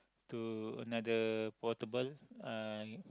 to another portable uh